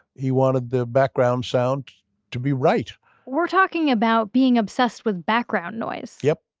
he wanted the background sound to be right we're talking about being obsessed with background noise yep.